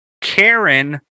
Karen